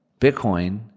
Bitcoin